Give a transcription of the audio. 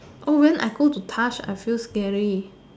oh when I go to past I feel scary